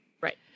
Right